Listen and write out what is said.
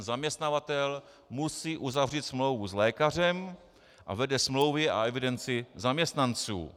Zaměstnavatel musí uzavřít smlouvu s lékařem a vede smlouvy a evidenci zaměstnanců.